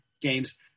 games